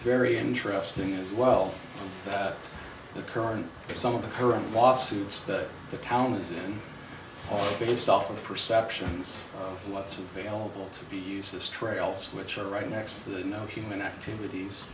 very interesting as well that the current some of the current lawsuits that the town is in based off of the perceptions of what's available to be used as trails which are right next to the you know human activities